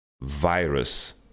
virus